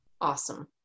Awesome